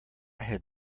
had